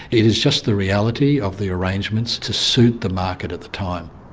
it is just the reality of the arrangements to suit the market at the time.